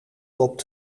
erop